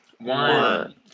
One